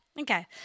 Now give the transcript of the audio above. Okay